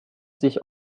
sich